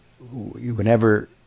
whenever